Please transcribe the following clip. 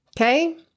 Okay